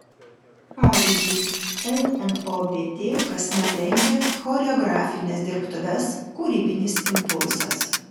pavyzdžiui lnobt kasmet rengia choreografines dirbtuves kūrybinis impulsas